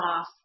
off